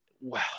wow